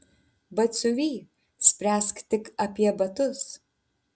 batsiuvy spręsk tik apie batus